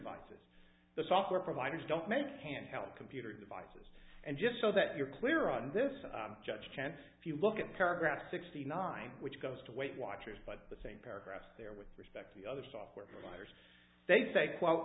devices the software providers don't make handheld computer devices and just so that you're clear on this judge chance if you look at paragraph sixty nine which goes to weight watchers but the same paragraph there with respect to the other software providers they say